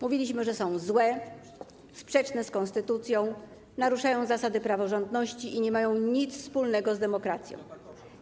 Mówiliśmy, że są złe, sprzeczne z konstytucją, naruszają zasady praworządności i nie mają nic wspólnego z demokracją.